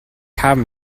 haben